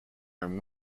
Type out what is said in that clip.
own